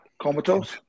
Comatose